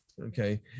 okay